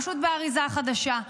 פשוט באריזה חדשה.